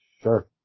Sure